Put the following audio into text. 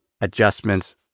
adjustments